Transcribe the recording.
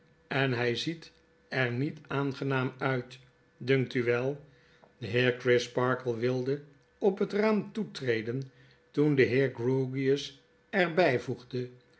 en hg ziet er niet aangenaam uit dunkt u wei de heer crisparkle wilde op het raam toetreden toen de heer grewgious er bgvoegde